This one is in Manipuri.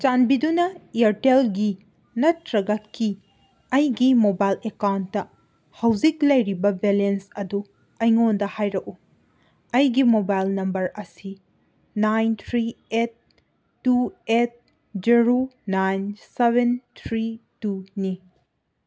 ꯆꯥꯟꯕꯤꯗꯨꯅ ꯏꯌꯥꯔꯇꯦꯜꯒꯤ ꯅꯠꯇ꯭ꯔꯒ ꯀꯤ ꯑꯩꯒꯤ ꯃꯣꯕꯥꯏꯜ ꯑꯦꯀꯥꯎꯟꯇ ꯍꯧꯖꯤꯛ ꯂꯩꯔꯤꯕ ꯕꯦꯂꯦꯟꯁ ꯑꯗꯨ ꯑꯩꯉꯣꯟꯗ ꯍꯥꯏꯔꯛꯎ ꯑꯩꯒꯤ ꯃꯣꯕꯥꯏꯜ ꯅꯝꯕꯔ ꯑꯁꯤ nine three eight two eight zero nine seven three ꯇꯨꯅꯤ